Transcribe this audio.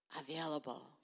Available